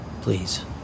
Please